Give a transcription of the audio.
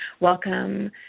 welcome